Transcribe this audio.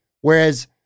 Whereas